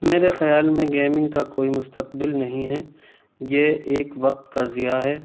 میرے خیال میں گیمنگ کا کوئی مستقبل نہیں ہے یہ ایک وقت کا زیاں ہے